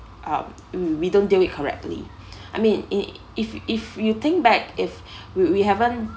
um we don't do it correctly I mean i~ if if you think back if w~ we haven't